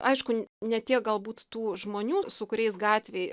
aišku ne tiek galbūt tų žmonių su kuriais gatvėj